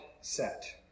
set